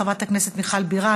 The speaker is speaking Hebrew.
חברת הכנסת מיכל בירן,